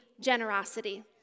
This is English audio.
generosity